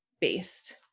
based